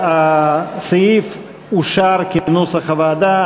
סעיף 33 אושר כנוסח הוועדה.